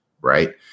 right